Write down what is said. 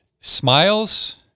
smiles